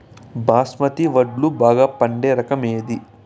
బాస్మతి వడ్లు బాగా పండే రకం ఏది